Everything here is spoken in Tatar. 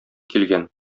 килгән